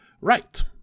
Right